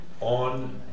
on